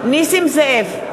(קוראת בשמות חברי הכנסת) נסים זאב,